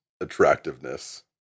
attractiveness